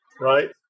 right